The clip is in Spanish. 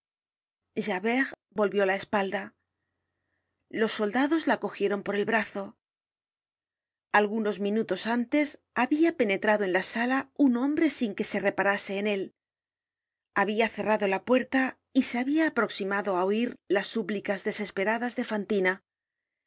perdon javert volvió la espalda los soldados la cogieron por el brazo algunos minutos antes habia penetrado en la sala un hombre sin que se reparase en él habia cerrado la puerta y se habia aproximado á oir las súplicas desesperadas de fantina